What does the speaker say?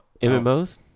MMOs